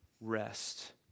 rest